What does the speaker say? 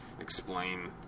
explain